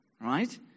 right